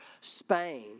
Spain